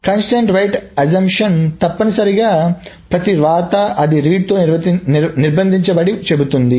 నిర్బంధ వ్రాత ఊహ తప్పనిసరిగా ప్రతి వ్రాత అది రీడ్ తో నిర్బంధించబడిందని చెబుతుంది